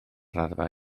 raddfa